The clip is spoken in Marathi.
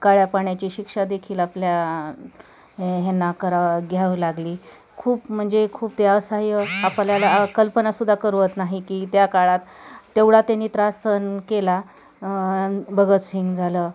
काळ्या पाण्याची शिक्षादेखील आपल्या ह्यांना करा घ्यावी लागली खूप म्हणजे खूप ते असह्य आपल्याला कल्पनासुद्धा करवत नाही की त्या काळात तेवढा त्यांनी त्रास सहन केला न् भगतसिंग झालं